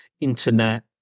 internet